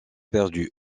perdue